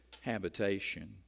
habitation